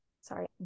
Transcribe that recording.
sorry